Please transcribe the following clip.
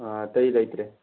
ꯑꯇꯩ ꯂꯩꯇ꯭ꯔꯦ